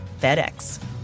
FedEx